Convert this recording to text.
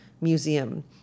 museum